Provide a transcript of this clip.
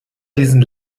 diesen